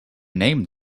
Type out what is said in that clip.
name